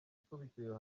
ikubitiro